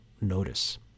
notice